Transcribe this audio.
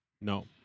No